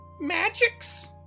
Magics